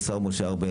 השר משה ארבל,